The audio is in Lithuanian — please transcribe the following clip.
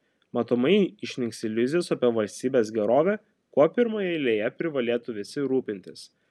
matomai išnyks iliuzijos apie valstybės gerovę kuo pirmoje eilėje privalėtų visi rūpintis